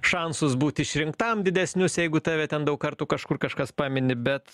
šansus būti išrinktam didesnius jeigu tave ten daug kartų kažkur kažkas pamini bet